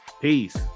Peace